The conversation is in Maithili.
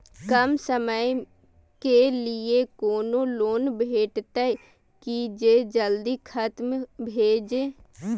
कम समय के लीये कोनो लोन भेटतै की जे जल्दी खत्म भे जे?